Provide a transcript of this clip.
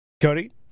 Cody